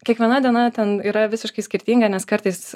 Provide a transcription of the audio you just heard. kiekviena diena ten yra visiškai skirtinga nes kartais